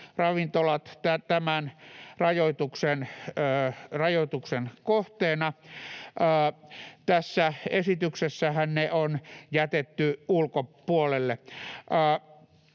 henkilöstöravintolat tämän rajoituksen kohteena. Tässä esityksessähän ne on jätetty ulkopuolelle,